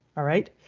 alright,